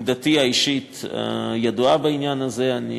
עמדתי האישית בעניין הזה ידועה.